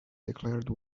declared